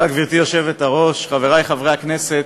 גברתי היושבת-ראש, תודה, חברי חברי הכנסת,